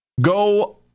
go